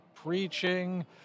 preaching